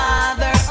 Father